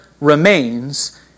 remains